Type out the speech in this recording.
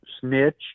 snitch